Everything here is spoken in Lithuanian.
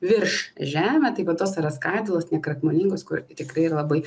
virš žemę tai va tos yra skaidulos nekrakmolingos kur tikrai labai